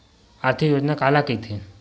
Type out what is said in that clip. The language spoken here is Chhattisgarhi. आर्थिक योजना काला कइथे?